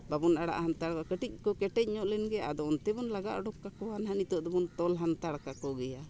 ᱵᱟᱵᱚᱱ ᱟᱲᱟᱜ ᱦᱟᱱᱛᱟᱲᱚᱜᱼᱟ ᱠᱟᱹᱴᱤᱡ ᱠᱚ ᱠᱮᱴᱮᱡ ᱧᱚᱜ ᱞᱮᱱᱜᱮ ᱟᱫᱚ ᱚᱱᱛᱮᱵᱚᱱ ᱞᱟᱜᱟᱣ ᱚᱰᱳᱠ ᱠᱟᱠᱚᱣᱟ ᱱᱟᱦᱟᱜ ᱱᱤᱛᱳᱜ ᱫᱚᱵᱚᱱ ᱛᱚᱞ ᱦᱟᱛᱟᱲ ᱠᱟᱠᱚ ᱜᱮᱭᱟ